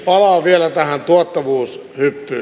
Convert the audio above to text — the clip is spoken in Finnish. palaan vielä tähän tuottavuushyppyyn